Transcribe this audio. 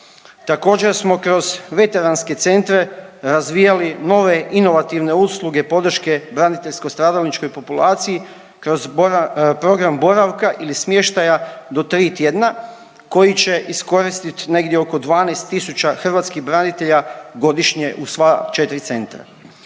Također smo kroz veteranske centre razvijali nove inovativne usluge podrške braniteljsko stradalničkoj populaciji kroz program boravka ili smještaja do 3 tjedna koji će iskoristit negdje oko 12 tisuća hrvatskih branitelja godišnje u sva 4 centra.